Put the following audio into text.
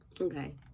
Okay